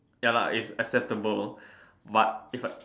ya lah it's acceptable but if I